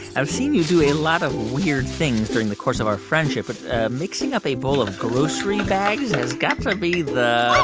i've seen you do a lot of weird things during the course of our friendship. but mixing up a bowl of grocery bags has got to be the.